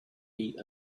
beat